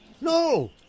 No